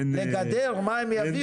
לגדר מה הם יביאו.